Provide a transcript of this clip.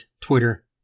Twitter